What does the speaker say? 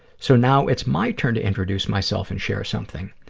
so now it's my turn to introduce myself and share something.